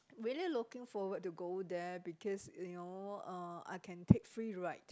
really looking forward to go there because you know uh I can take free ride